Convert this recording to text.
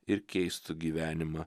ir keistų gyvenimą